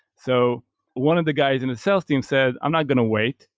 so one of the guys in the sales team said, i'm not going to wait.